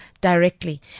directly